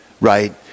right